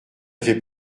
fait